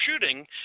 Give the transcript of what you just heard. shooting